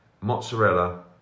mozzarella